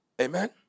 Amen